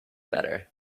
better